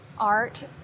art